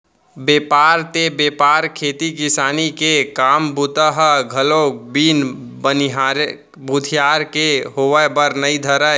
बेपार ते बेपार खेती किसानी के काम बूता ह घलोक बिन बनिहार भूथियार के होय बर नइ धरय